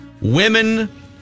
women